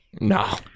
No